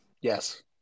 Yes